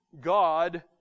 God